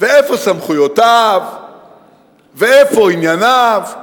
ואיפה סמכויותיו ואיפה ענייניו.